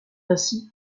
ainsi